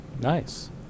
Nice